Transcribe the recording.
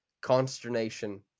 consternation